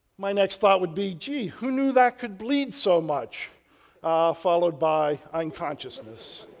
my next thought would be gee, who knew that could bleed so much followed by unconsciousness.